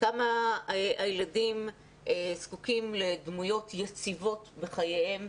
כמה הילדים זקוקים לדמויות יציבות בחייהם.